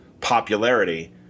popularity